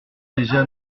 déjà